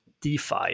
DeFi